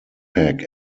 pack